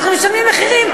אנחנו משלמים מחירים,